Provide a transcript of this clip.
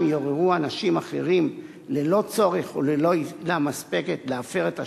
יעוררו אנשים אחרים ללא צורך וללא עילה מספקת להפר את השלום,